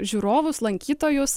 žiūrovus lankytojus